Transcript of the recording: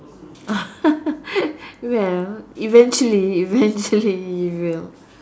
well eventually eventually you will